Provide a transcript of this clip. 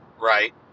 right